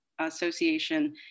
Association